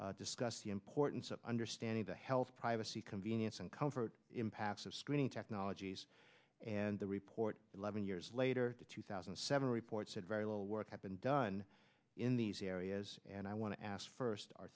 screening discussed the importance of understanding the health privacy convenience and comfort impacts of screening technologies and the report eleven years later the two thousand and seven report said very little work has been done in these areas and i want to ask first are